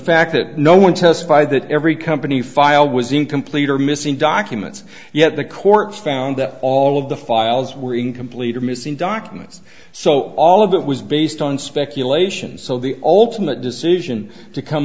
fact that no one testified that every company filed was incomplete or missing documents yet the court found that all of the files were incomplete or missing documents so all of that was based on speculations so the ultimate decision to come